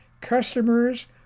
customers